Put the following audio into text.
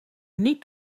niet